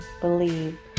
believe